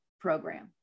program